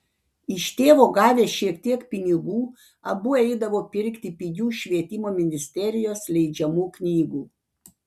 iš tėvo gavę šiek tiek pinigų abu eidavo pirkti pigių švietimo ministerijos leidžiamų knygų